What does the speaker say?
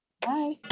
Bye